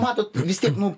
matot vis tiek nu